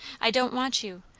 i don't want you.